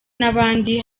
n’abandi